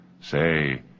Say